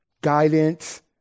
guidance